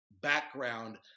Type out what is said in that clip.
background